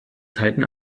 zeiten